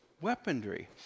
weaponry